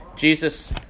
Jesus